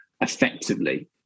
effectively